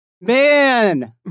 Man